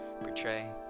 portray